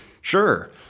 Sure